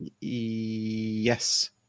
yes